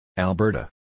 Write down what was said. Alberta